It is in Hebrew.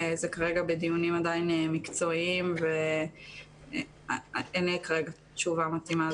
זה כרגע בדיונים מקצועיים ואין לי כרגע תשובה מתאימה.